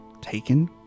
taken